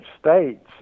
States